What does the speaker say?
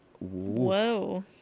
Whoa